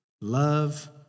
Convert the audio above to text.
love